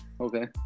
Okay